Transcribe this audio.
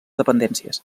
dependències